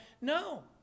No